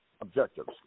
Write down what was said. objectives